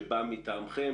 שבא מטעמכם?